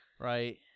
Right